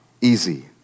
easy